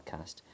podcast